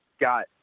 got